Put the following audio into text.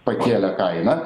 pakėlė kainą